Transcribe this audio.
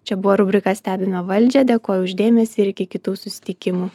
čia buvo rubrika stebime valdžią dėkoju už dėmesį ir iki kitų susitikimų